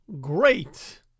great